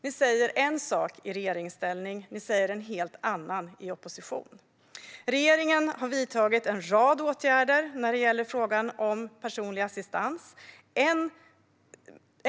Ni säger en sak i regeringsställning men en helt annan i opposition. Regeringen har vidtagit en rad åtgärder i frågan om personlig assistans.